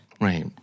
Right